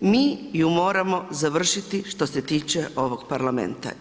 mi ju moramo završiti što se tiče ovog Parlamenta.